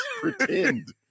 pretend